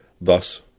Thus